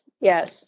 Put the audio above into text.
Yes